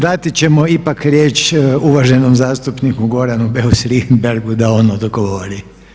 Dati ćemo ipak riječ uvaženom zastupniku Goranu Beusu Richemberghu da on odgovori.